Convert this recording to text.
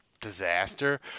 disaster